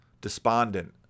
despondent